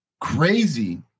crazy